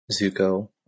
Zuko